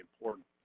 important